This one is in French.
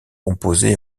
composées